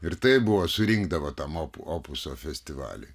ir taip buvo surinkdavo tam op opuso festivaliui